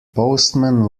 postman